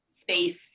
space